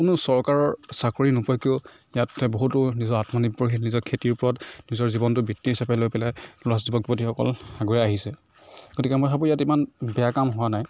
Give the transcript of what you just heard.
কোনো চৰকাৰৰ চাকৰি নোপোৱাকৈও ইয়াত বহুতো নিজৰ আত্মনিৰ্ভৰশীল নিজৰ খেতিৰ ওপৰত নিজৰ জীৱনটো বৃত্তি হিচাপে লৈ পেলাই আমাৰ যুৱক যুৱতীসকল আগুৱাই আহিছে গতিকে মই ভাবোঁ ইয়াত ইমান বেয়া কাম হোৱা নাই